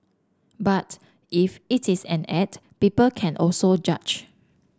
but if it is an act people can also judge